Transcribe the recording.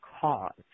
cause